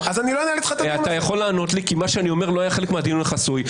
אז לא אנהל איתך את הדיון הזה.